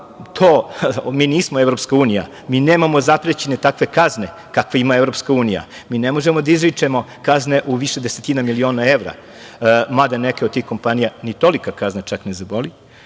građanima. Nismo Evropska unija, mi nemamo zaprećene takve kazne kakve ima Evropska unija. Ne možemo da izričemo kazne u više desetina miliona evra, mada neke od tih kompanija ni tolike kazne čak ne zabole,